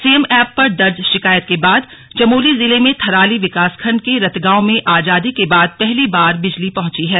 CM app पर दर्ज शिकायत के बाद चमोली जिले में थराली विकासखंड के रतगांव में आजादी के बाद पहली बार बिजली पहुंची है